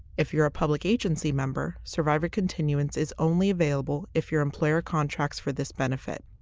if you're a public agency member, survivor continuance is only available if your employer contracts for this benefit.